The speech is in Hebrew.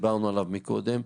שדיברנו עליו קודם,